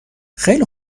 خیلی